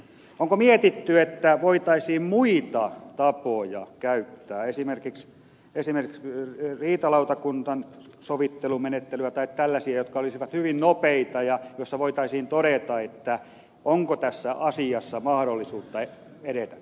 onko mietitty että voitaisiin käyttää muita tapoja esimerkiksi riitalautakunnan sovittelumenettelyä tai tällaisia jotka olisivat hyvin nopeita ja joissa voitaisiin todeta onko tässä asiassa mahdollisuutta edetä